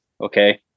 Okay